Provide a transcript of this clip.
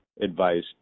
advice